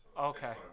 Okay